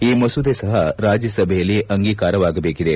ಈ ಮಸೂದೆ ಸಪ ರಾಜ್ಯಸಭೆಯಲ್ಲಿ ಅಂಗೀಕಾರವಾಗಬೇಕಿದೆ